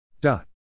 Dot